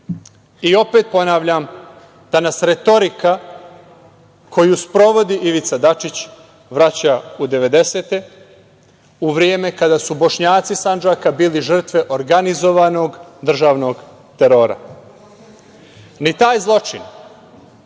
ponavljam da nas retorika koju sprovodi Ivica Dačić vraća u devedesete, u vreme kada su Bošnjaci Sandžaka bili žrtve organizovanog državnog terora. Ni taj zločin,